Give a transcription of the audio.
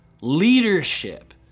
leadership